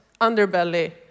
underbelly